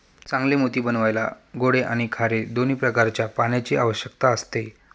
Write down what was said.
चांगले मोती बनवायला गोडे आणि खारे दोन्ही प्रकारच्या पाण्याची आवश्यकता असते